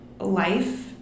life